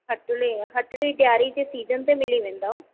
हटली हटली ॾियारी जे सीजन ते मिली वेंदो